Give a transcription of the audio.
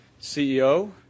CEO